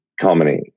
comedy